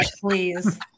please